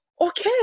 okay